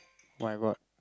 why what